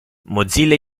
mozilla